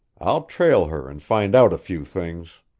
i'll trail her and find out a few things.